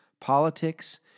politics